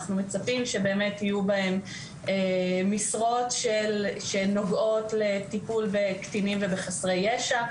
אנחנו מצפים שיהיו בה משרות שנוגעות לטיפול בקטינים ובחסרי ישע,